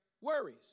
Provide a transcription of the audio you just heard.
worries